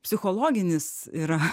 psichologinis yra